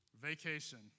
vacation